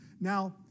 Now